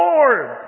Lord